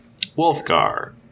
Wolfgar